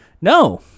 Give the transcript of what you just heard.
No